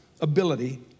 ability